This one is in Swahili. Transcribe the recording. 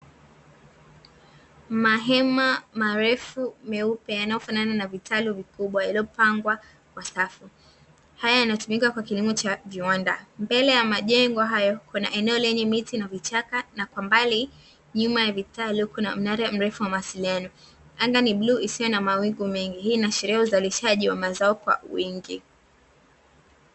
Mahema marefu meupe yanayofanana na vitalu vikubwa, yaliyopangwa kwa safu, haya yanatumika kwa kilimo cha viwanda. Mbele ya majengo hayo kuna eneo lenye miti na vichaka, na kwa mbali nyuma ya vitalu kuna mnara mrefu wa mawasiliano. Anga ni bluu isiyo na mawingu mengi, hii inaashiria uzalishaji wa mazao kwa wingi.